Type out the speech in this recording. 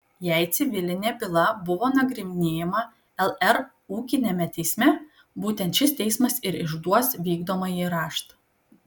jei civilinė byla buvo nagrinėjama lr ūkiniame teisme būtent šis teismas ir išduos vykdomąjį raštą